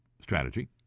strategy